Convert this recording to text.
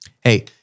Hey